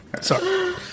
Sorry